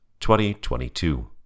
2022